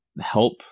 help